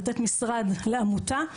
לתת משרד לעמותה.